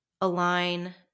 align